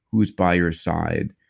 who's by your side.